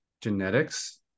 genetics